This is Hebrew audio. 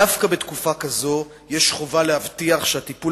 דווקא בתקופה כזו יש חובה להבטיח שהטיפול